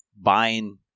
buying